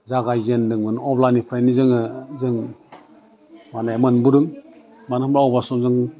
जागायजेन्दोंमोन अब्लानिफ्रायनो जोङो जों माने मोनबोदों मानो होनबा अब्ला सम जों